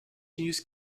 use